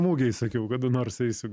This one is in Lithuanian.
mugėj sakiau kada nors eisiu